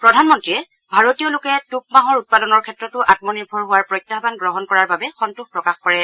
প্ৰধানমন্ত্ৰীয়ে ভাৰতীয় লোকে টুপমাহৰ উৎপাদনৰ ক্ষেত্ৰতো আম্মনিৰ্ভৰ হোৱাৰ প্ৰত্যাহান গ্ৰহণ কৰাৰ বাবে সন্তোষ প্ৰকাশ কৰিছে